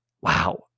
Wow